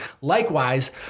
Likewise